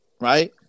right